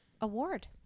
award